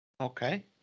okay